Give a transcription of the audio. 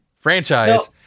Franchise